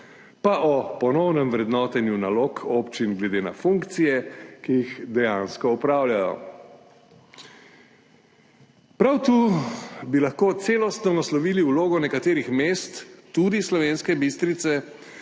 o ponovnem vrednotenju nalog občin glede na funkcije, ki jih dejansko opravljajo. Prav tu bi lahko celostno naslovili vlogo nekaterih mest, tudi Slovenske Bistrice,